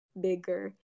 bigger